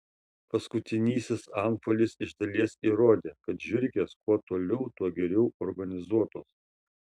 paskutinysis antpuolis iš dalies įrodė kad žiurkės kuo toliau tuo geriau organizuotos